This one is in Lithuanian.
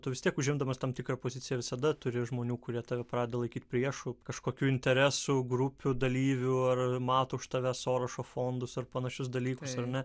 tu vis tiek užimdamas tam tikrą poziciją visada turi žmonių kurie tave pradeda laikyti priešu kažkokių interesų grupių dalyvių ar mato už tave sorošo fondus ar panašius dalykus ar ne